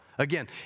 Again